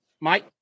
Mike